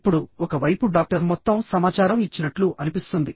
ఇప్పుడుఒక వైపు డాక్టర్ మొత్తం సమాచారం ఇచ్చినట్లు అనిపిస్తుంది